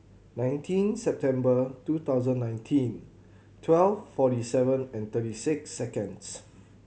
nineteen September two thousand nineteen twelve forty seven and thirty six seconds